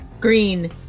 green